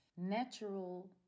natural